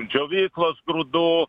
džiovyklos grūdų